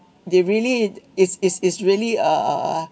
they really it's it's it's really uh uh